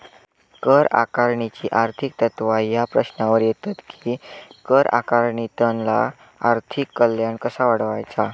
कर आकारणीची आर्थिक तत्त्वा ह्या प्रश्नावर येतत कि कर आकारणीतना आर्थिक कल्याण कसा वाढवायचा?